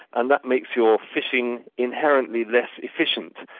and that makes your fishing inherently less efficient,